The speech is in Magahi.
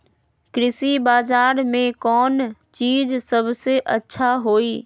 कृषि बजार में कौन चीज सबसे अच्छा होई?